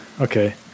okay